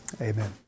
Amen